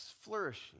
flourishing